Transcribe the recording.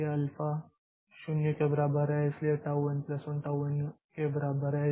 यह अल्फा 0 के बराबर है इसलिए tau n1tau n1 tau n के बराबर है